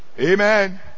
Amen